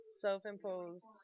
self-imposed